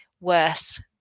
worse